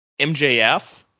MJF